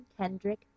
Kendrick